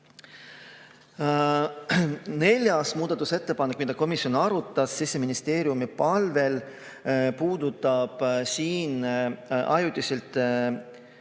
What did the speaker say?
Neljas muudatusettepanek, mida komisjon arutas Siseministeeriumi palvel, puudutab siin ajutiselt